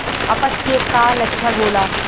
अपच के का लक्षण होला?